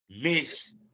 Miss